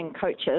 coaches